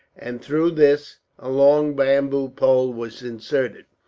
and through this a long bamboo pole was inserted,